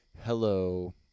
hello